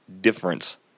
difference